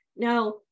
now